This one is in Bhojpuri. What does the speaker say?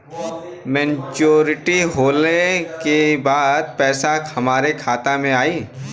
मैच्योरिटी होले के बाद पैसा हमरे खाता में आई?